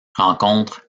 rencontre